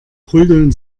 prügeln